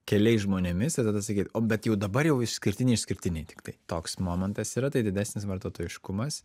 keliais žmonėmis ir tada sakykit o bet jau dabar jau išskirtiniai išskirtiniai tiktai toks momentas yra tai didesnis vartotojiškumas